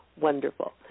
Wonderful